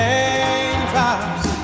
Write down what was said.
Raindrops